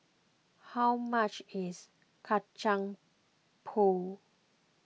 how much is Kacang Pool